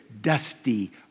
dusty